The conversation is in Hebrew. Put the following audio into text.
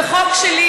וחוק שלי,